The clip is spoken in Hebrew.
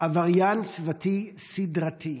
עבריין סביבתי סדרתי.